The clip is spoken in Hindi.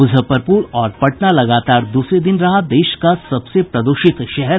मुजफ्फरपुर और पटना लगातार दूसरे दिन रहा देश का सबसे प्रदूषित शहर